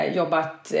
jobbat